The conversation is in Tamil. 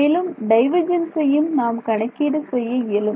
மேலும் டைவர்ஜென்சையும் நாம் கணக்கீடு செய்ய இயலும்